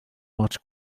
watch